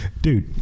dude